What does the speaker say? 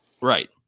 Right